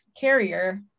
carrier